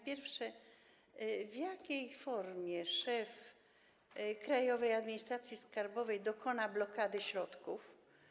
Pierwsze: W jakiej formie szef Krajowej Administracji Skarbowej dokona blokady środków?